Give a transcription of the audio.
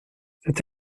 cet